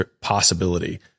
possibility